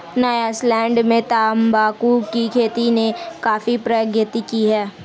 Nyasaland में तंबाकू की खेती ने काफी प्रगति की है